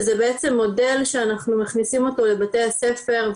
שזה בעצם מודל שאנחנו מכניסים אותו לבתי הספר,